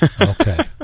Okay